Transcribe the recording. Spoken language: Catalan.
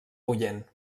bullent